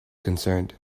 concerned